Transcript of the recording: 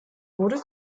wurde